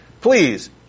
please